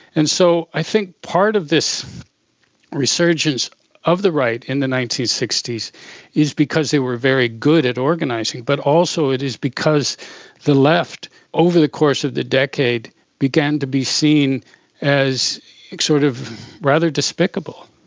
and so i think part of this resurgence of the right in the nineteen sixty s is because they were very good at organising, but also it is because the left over the course of the decade began to be seen as sort of rather despicable.